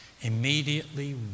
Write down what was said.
immediately